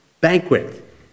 banquet